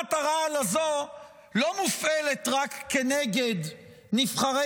מכונת הרעל הזו לא מופעלת רק כנגד נבחרי